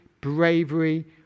bravery